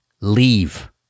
leave